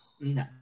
No